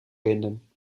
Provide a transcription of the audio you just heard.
binden